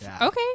Okay